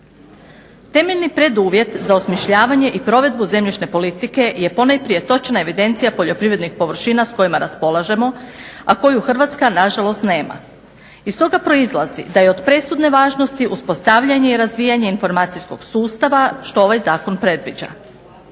Temeljni preduvjet za osmišljavanje i provedbu zemljišne politike je ponajprije točna evidencija poljoprivrednih površina sa kojima raspolažemo, a koju Hrvatska na žalost nema. Iz toga proizlazi da je od presudne važnosti uspostavljanje i razvijanje informacijskog sustava što ovaj zakon predviđa.